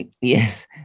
Yes